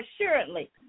assuredly